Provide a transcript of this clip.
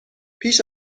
پیش